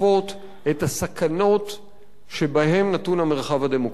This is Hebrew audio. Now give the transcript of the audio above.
את הסכנות שבהן המרחב הדמוקרטי נתון.